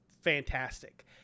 fantastic